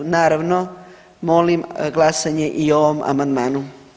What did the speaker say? Naravno, molim glasanje i o ovom amandmanu.